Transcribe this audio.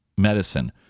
medicine